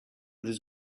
this